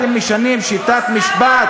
אתם משנים שיטת משפט?